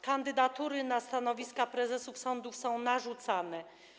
Kandydatury na stanowiska prezesów sądów są narzucane.